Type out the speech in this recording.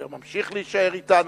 אשר ממשיך להישאר אתנו,